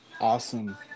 Awesome